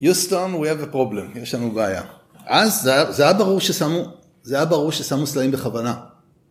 יש לנו בעיה, עזה היה ברור ששמו, זה היה ברור ששמו סלעים בכוונה.